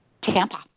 Tampa